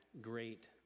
great